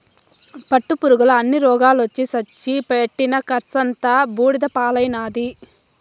పట్టుపురుగుల అన్ని రోగాలొచ్చి సచ్చి పెట్టిన కర్సంతా బూడిద పాలైనాది